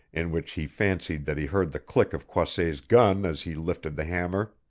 in which he fancied that he heard the click of croisset's gun as he lifted the hammer.